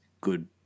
good